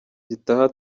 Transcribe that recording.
gitaha